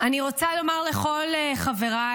אני רוצה לומר לכל חבריי,